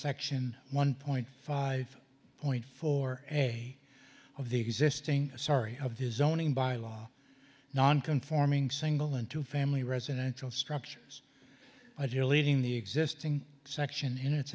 section one point five point four a of the existing sorry of his zoning bylaw non conforming single into family residential structures my dear leaving the existing section in its